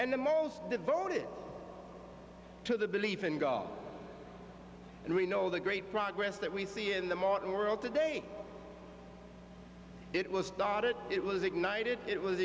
and the most devoted to the belief in god and we know the great progress that we see in the modern world today it was started it was ignited it was